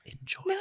enjoy